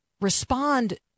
respond